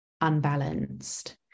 unbalanced